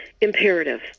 Imperative